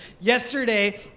Yesterday